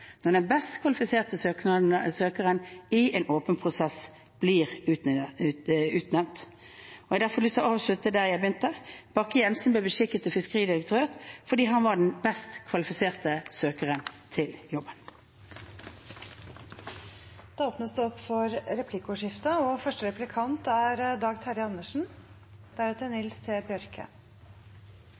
når den best kvalifiserte søkeren i en åpen prosess blir utnevnt. Jeg har derfor lyst til å avslutte der jeg begynte: Bakke-Jensen ble beskikket til fiskeridirektør fordi han var den best kvalifiserte søkeren til jobben. Det blir replikkordskifte.